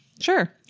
Sure